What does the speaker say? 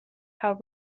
how